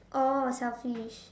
oh selfish